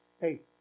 hey